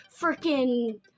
freaking